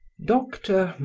dr.